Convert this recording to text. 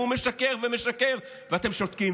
והוא משקר ומשקר ואתם שותקים,